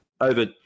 over